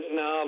no